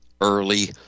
early